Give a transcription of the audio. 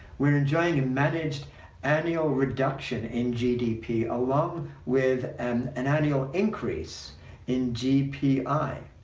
we're enjoying managed annual reduction in gdp, along with and an annual increase in gpi.